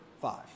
five